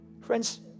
Friends